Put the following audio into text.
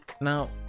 Now